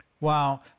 Wow